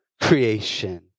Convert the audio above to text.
creation